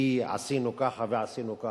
"וי", עשינו ככה ועשינו ככה.